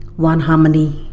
one harmony,